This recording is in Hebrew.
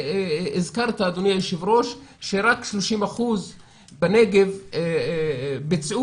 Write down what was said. אדוני היושב-ראש הזכיר שרק 30% בנגב ביצעו